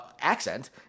accent